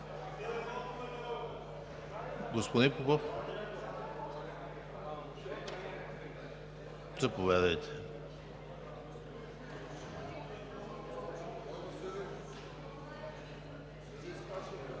Господин Попов, заповядайте